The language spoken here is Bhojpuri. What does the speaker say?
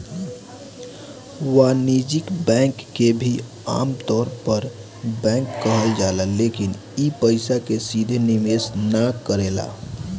वाणिज्यिक बैंक के भी आमतौर पर बैंक कहल जाला लेकिन इ पइसा के सीधे निवेश ना करेला